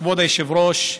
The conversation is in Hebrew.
כבוד היושב-ראש,